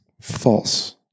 False